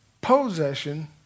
possession